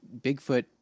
Bigfoot